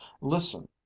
listen